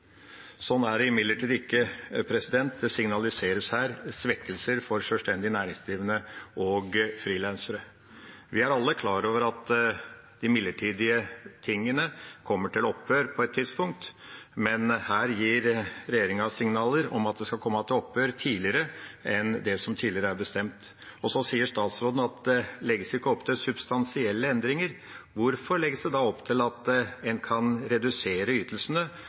Sånn er det imidlertid ikke. Det signaliseres her svekkelser for sjølstendig næringsdrivende og frilansere. Vi er alle klar over at de midlertidige tiltakene kommer til opphør på et tidspunkt, men her gir regjeringa signaler om at de skal komme til opphør tidligere enn det som er bestemt. Så sier statsråden at det ikke legges opp til «substansielle endringer». Hvorfor legges det da opp til at en kan redusere ytelsene